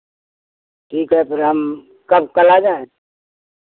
ठीक है फिर हम कब कल आ जाएँ